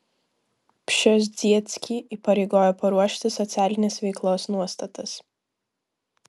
pšezdzieckį įpareigojo paruošti socialinės veiklos nuostatas